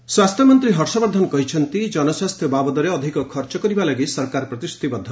ହର୍ଷବର୍ଦ୍ଧନ ସ୍ୱାସ୍ଥ୍ୟମନ୍ତ୍ରୀ ହର୍ଷବର୍ଦ୍ଧନ କହିଛନ୍ତି ଜନସ୍ୱାସ୍ଥ୍ୟ ବାବଦରେ ଅଧିକ ଅର୍ଥ ଖର୍ଚ୍ଚ କରିବା ଲାଗି ସରକାର ପ୍ରତିଶ୍ରତିବଦ୍ଧ